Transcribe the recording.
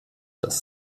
dass